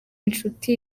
inshuti